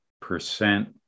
percent